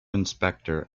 inspector